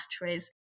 batteries